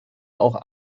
auch